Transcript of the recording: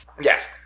Yes